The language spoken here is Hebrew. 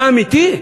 זה אמיתי?